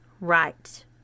Right